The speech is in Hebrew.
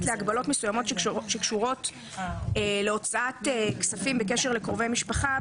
להגבלות מסוימות שקשורות להוצאת כספים בקשר לקרובי משפחה,